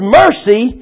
mercy